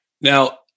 Now